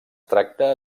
tracta